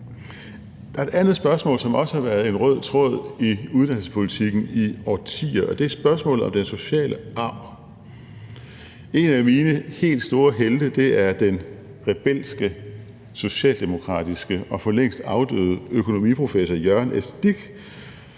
Der er et andet spørgsmål, som også er gået som en rød tråd i uddannelsespolitikken i årtier, og det er spørgsmålet om den sociale arv. En af mine helt store helte er den rebelske socialdemokratiske og for længst afdøde økonomiprofessor Jørgen S. Dich.